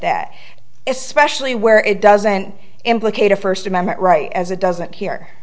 that especially where it doesn't implicate a first amendment right as it doesn't here